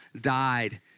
died